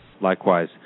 Likewise